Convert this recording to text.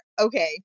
Okay